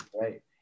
right